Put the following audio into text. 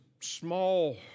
small